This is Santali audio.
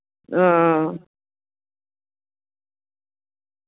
ᱚᱸᱻ